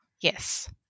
Yes